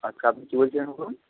আচ্ছা আপনি কী বলছিলেন বলুন